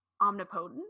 omnipotent